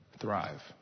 thrive